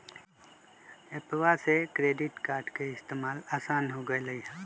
एप्पवा से credit card के इस्तेमाल असान हो गेलई ह